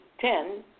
ten